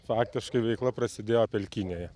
faktiškai veikla prasidėjo pelkynėje